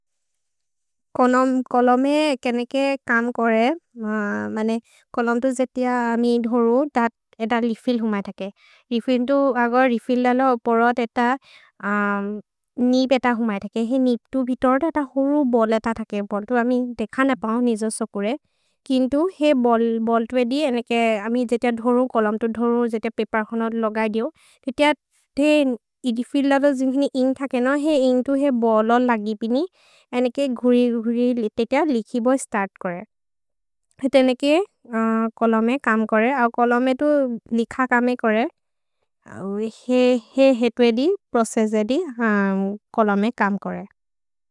कोलुम्ने केन्नेके कम् कोरे, कोलुम्तो जेते अमि धोरु, एत रेफिल्ल् हुम तके। अगर् रेफिल्ल् ललो, परत् एत निप् एत हुम तके। हे निप् तु वितोर्द त होरु बोल त तके, बोल्तो अमि देख न पओ निजोसकुरे। किन्तु हे बोल्तो ए दि, जेते अमि धोरु, कोलुम्तो धोरु, जेते पपेर् कोन लगय् दिओ। एत एदि रेफिल्ल् ललो जिन्केने इन्क् तके न, हे इन्क् तु हे बोलो लगिपिनि। एनेके गुरि गुरि, तेते अ लिखि बोइ स्तर्त् कोरे। हेत एनेके कोलुम्ने कम् कोरे, औ कोलुम्ने तु लिख कमे कोरे। हे हेतु एदि, प्रोसेस् एदि, कोलुम्ने कम् कोरे।